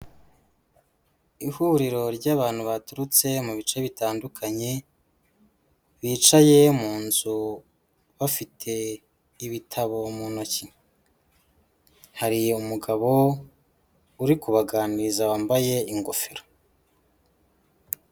Ihuriro ry'abantu baturutse mu bice bitandukanye, bicaye mu nzu bafite ibitabo mu ntoki. Hari umugabo uri kubaganiriza wambaye ingofero.